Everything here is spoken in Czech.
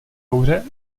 kouře